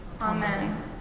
Amen